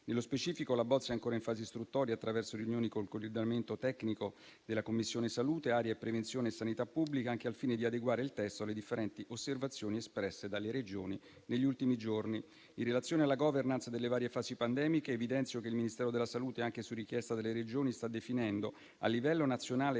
Nello specifico, la bozza è ancora in fase istruttoria, attraverso riunioni con il coordinamento tecnico della commissione salute, area, prevenzione e sanità pubblica, anche al fine di adeguare il testo alle differenti osservazioni espresse dalle Regioni negli ultimi giorni. In relazione alla *governance* delle varie fasi pandemiche, evidenzio che il Ministero della salute, anche su richiesta delle Regioni, sta definendo a livello nazionale